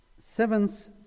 seventh